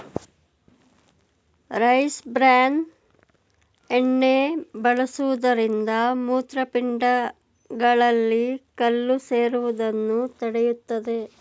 rice bran ಎಣ್ಣೆ ಬಳಸುವುದರಿಂದ ಮೂತ್ರಪಿಂಡಗಳಲ್ಲಿ ಕಲ್ಲು ಸೇರುವುದನ್ನು ತಡೆಯುತ್ತದೆ